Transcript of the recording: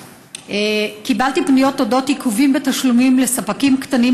קיבלתי פניות על עיכובים בתשלומים לספקים קטנים